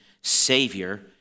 Savior